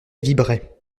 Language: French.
vibraient